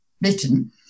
written